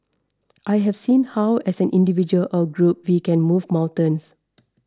I have seen how as an individual or a group we can move mountains